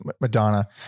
madonna